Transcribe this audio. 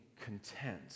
content